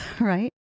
right